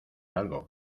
algo